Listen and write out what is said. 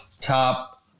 top